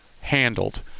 handled